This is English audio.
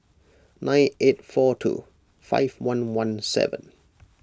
nine eight four two five one one seven